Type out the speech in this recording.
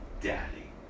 Daddy